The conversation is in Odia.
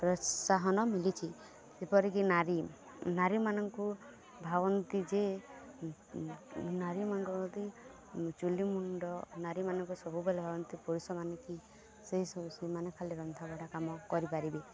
ପ୍ରୋତ୍ସାହନ ମିଳିଛି ଯେପରିକି ନାରୀ ନାରୀମାନଙ୍କୁ ଭାବନ୍ତି ଯେ ନାରୀମାନଙ୍କ ଯଦି ଚୁଲି ମୁଣ୍ଡ ନାରୀମାନଙ୍କ ସବୁବେଳେ ଭାବନ୍ତି ପୁରୁଷମାନେ କି ସେଇ ସବୁ ସେଇମାନେ ଖାଲି ରନ୍ଧାକଟା କାମ କରିପାରିବେ